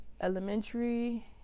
elementary